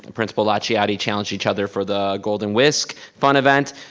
and principal lucciotti challenged each other for the golden whisk, fun event.